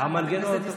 חברת הכנסת דיסטל,